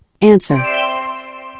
answer